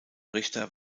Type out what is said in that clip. richter